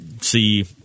see